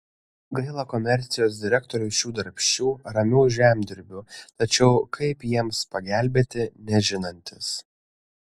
gaila komercijos direktoriui šių darbščių ramių žemdirbių tačiau kaip jiems pagelbėti nežinantis